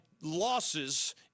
losses